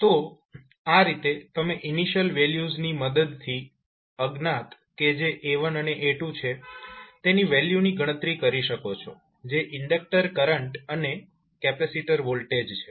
તો આ રીતે તમે ઇનિશિયલ વેલ્યુઝની મદદથી અજ્ઞાત કે જે A1 અને A2 છે તેની વેલ્યુની ગણતરી કરી શકો છો જે ઇન્ડક્ટર કરંટ અને કેપેસિટર વોલ્ટેજ છે